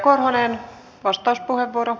arvoisa puhemies